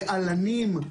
רעננים,